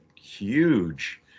huge